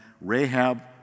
Rahab